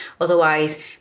Otherwise